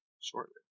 shortly